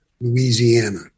Louisiana